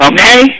Okay